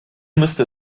müsste